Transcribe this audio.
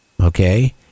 Okay